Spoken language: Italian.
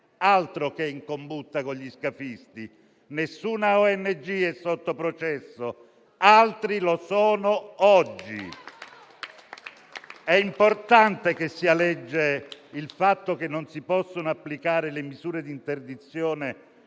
Altro che in combutta con gli scafisti! Nessuna ONG è sotto processo; altri lo sono oggi. È importante che sia legge il fatto che non si possano applicare le misure di interdizione